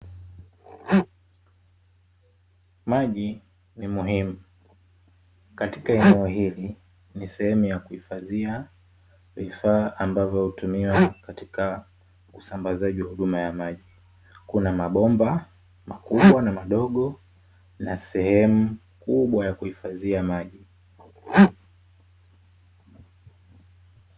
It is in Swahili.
Maji ni muhimu. Katika eneo hili, ni sehemu ya kuhifadhia vifaa ambavyo hutumiwa katika usambazaji wa huduma ya maji. Kuna mabomba makubwa na madogo na sehemu kubwa ya kuhifadhia maji.